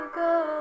go